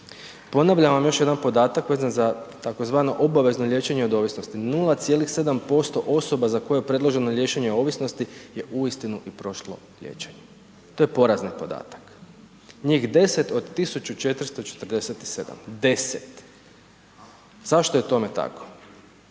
Ponavljam vam još jedan podatak vezan za tzv. obavezno liječenje od ovisnosti. 0,7% osoba za koje je predloženo liječenje ovisnosti je uistinu i prošlo liječenje. To je porazni podatak. Njih 10 od 1447, 10. Zašto je tome tako?